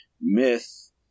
myth